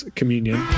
Communion